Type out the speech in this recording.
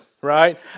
right